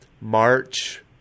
March